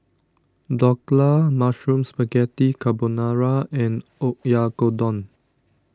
Dhokla Mushroom Spaghetti Carbonara and Oyakodon